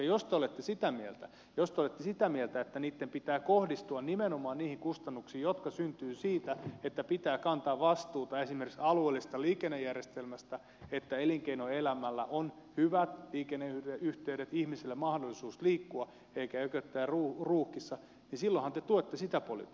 jos te olette sitä mieltä että niitten pitää kohdistua nimenomaan niihin kustannuksiin jotka syntyvät siitä että pitää kantaa vastuuta esimerkiksi alueellisesta liikennejärjestelmästä että elinkeinoelämällä on hyvät liikenneyhteydet ihmisillä mahdollisuus liikkua eikä jököttää ruuhkissa niin silloinhan te tuette sitä politiikkaa